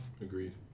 agreed